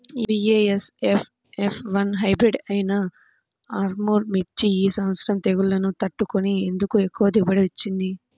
BASF F one hybrid అయినా ఆర్ముర్ మిర్చి ఈ సంవత్సరం తెగుళ్లును తట్టుకొని ఎందుకు ఎక్కువ దిగుబడి ఇచ్చింది?